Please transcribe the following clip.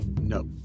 No